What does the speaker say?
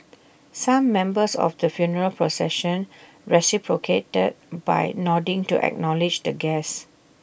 some members of the funeral procession reciprocated by nodding to acknowledge the guests